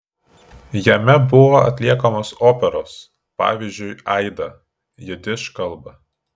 jame buvo atliekamos operos pavyzdžiui aida jidiš kalba